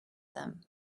them